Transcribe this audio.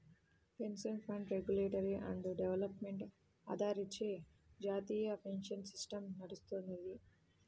pension fund regulatory and development అథారిటీచే జాతీయ pension system నడుత్తది